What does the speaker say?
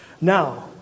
Now